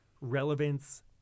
relevance